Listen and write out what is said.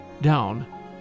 down